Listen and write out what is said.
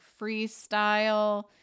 freestyle